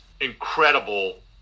incredible